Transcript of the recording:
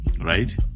Right